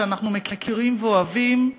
שאנחנו מכירים ואוהבים,